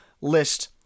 list